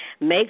make